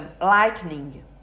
lightning